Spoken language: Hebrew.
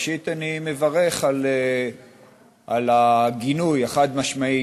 ראשית אני מברך על הגינוי החד-משמעי